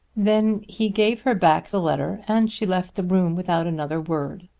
then he gave her back the letter and she left the room without another word.